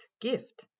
gift